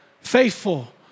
Faithful